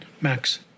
Max